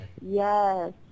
Yes